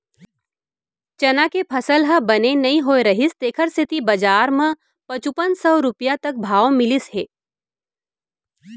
चना के फसल ह बने नइ होए रहिस तेखर सेती बजार म पचुपन सव रूपिया तक भाव मिलिस हे